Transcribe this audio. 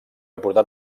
aportà